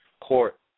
court